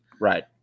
Right